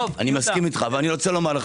אני מסכים אתך אבל רוצה לומר,